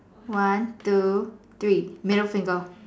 one two three middle finger